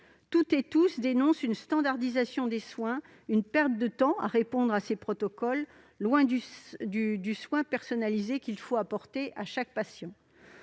redoutent une standardisation des soins, une perte de temps à répondre à ces protocoles, au détriment du soin personnalisé qu'il faut apporter à chaque patient.